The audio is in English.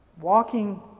Walking